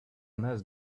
must